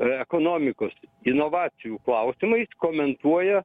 ekonomikos inovacijų klausimais komentuoja